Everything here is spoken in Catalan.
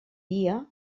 dia